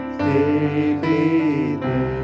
daily